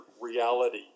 reality